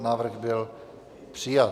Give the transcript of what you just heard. Návrh byl přijat.